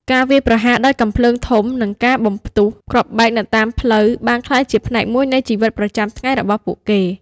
ការវាយប្រហារដោយកាំភ្លើងធំនិងការបំផ្ទុះគ្រាប់បែកនៅតាមផ្លូវបានក្លាយជាផ្នែកមួយនៃជីវិតប្រចាំថ្ងៃរបស់ពួកគេ។